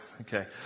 Okay